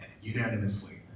unanimously